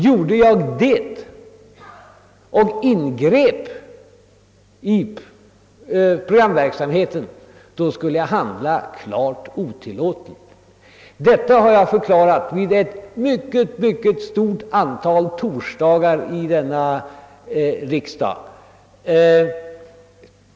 Gjorde jag det och ingrep i programverksamheten, skulle jag handla klart otillåtet. Det är detta som jag har förklarat ett mycket stort antal torsdagar här i riksdagen.